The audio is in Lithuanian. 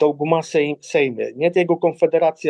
daugumą sei seime net jeigu konfederacija